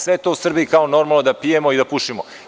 Sve je to u Srbiji kao normalno da pijemo i da pušimo.